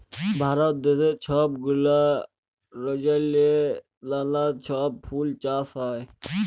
ভারত দ্যাশে ছব গুলা রাজ্যেল্লে লালা ছব ফুল চাষ হ্যয়